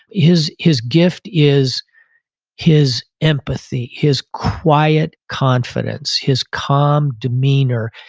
his his gift is his empathy, his quiet confidence, his calm demeanor.